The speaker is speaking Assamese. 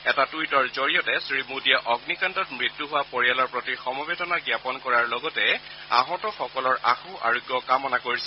এটা টুইটৰ জৰিয়তে শ্ৰী মোদীয়ে অগ্নিকাণ্ডত মৃত্যু হোৱা পৰিয়ালৰ প্ৰতি সমবেদনা জ্ঞাপন কৰাৰ লগতে আহতসকলৰ আশু আৰোগ্য কামনা কৰিছে